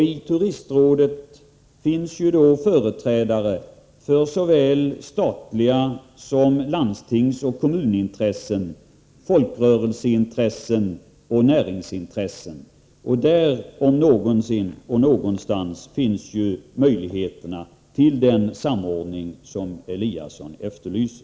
I Turistrådet finns företrädare för såväl statliga intressen som landstingsoch kommunintressen, folkrörelseintressen och näringsintressen. Där om någonstans finns möjligheterna till den samordning som Ingemar Eliasson efterlyser.